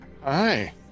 Hi